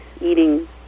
eating